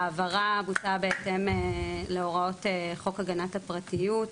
ההעברה בוצעה בהתאם להוראות חוק הגנת הפרטיות,